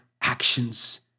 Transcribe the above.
actions